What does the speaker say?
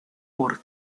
por